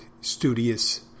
studious